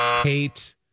Kate